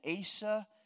Asa